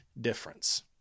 difference